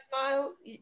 Smiles